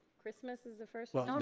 christmas is the first